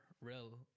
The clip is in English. real